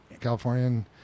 California